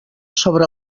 sobre